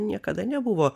niekada nebuvo